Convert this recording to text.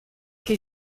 che